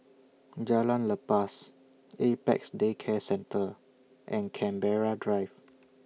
Jalan Lepas Apex Day Care Centre and Canberra Drive